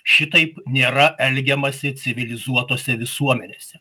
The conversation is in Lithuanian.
šitaip nėra elgiamasi civilizuotose visuomenėse